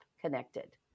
connected